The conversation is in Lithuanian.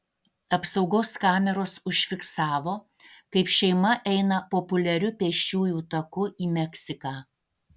apsaugos kameros užfiksavo kaip šeima eina populiariu pėsčiųjų taku į meksiką